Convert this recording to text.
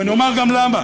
ואני אומר גם למה.